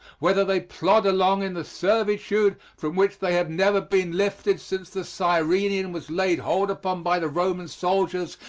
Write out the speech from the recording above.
whether they plod along in the servitude from which they have never been lifted since the cyrenian was laid hold upon by the roman soldiers,